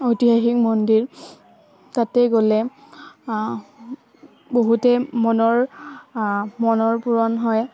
ঐতিহাসিক মন্দিৰ তাতেই গ'লে বহুতেই মনৰ মনৰ পূৰণ হয়